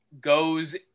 goes